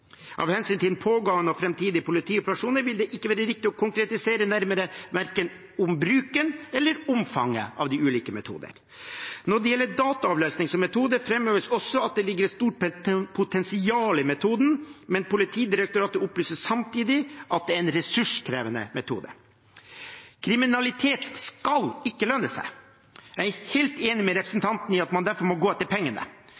Av hensyn til pågående og framtidige politioperasjoner vil det ikke være riktig å konkretisere nærmere verken bruken eller omfanget av de ulike metoder. Når det gjelder dataavlesning som metode, framheves det også at det ligger et stort potensial i metoden, men Politidirektoratet opplyser samtidig at det er en ressurskrevende metode. Kriminalitet skal ikke lønne seg. Jeg er helt enig med